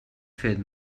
fet